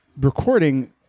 recording